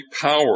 power